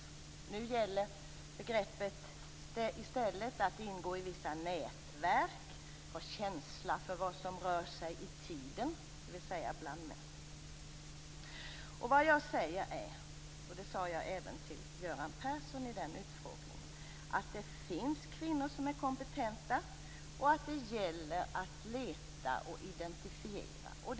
Nu gäller begreppet i stället att ingå i vissa nätverk, att ha känsla för vad som rör sig i tiden, dvs. bland män. Det jag säger är, och det sade jag även till Göran Persson i den utfrågningen, att det finns kvinnor som är kompetenta och att det gäller att leta och identifiera.